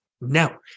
Now